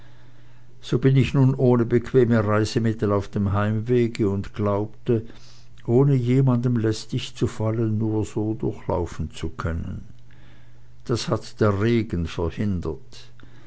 so bin ich nun ohne bequeme reisemittel auf dem heimwege und glaubte ohne jemandem lästig zu fallen nur so durchlaufen zu können das hat der regen verhindert